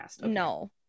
No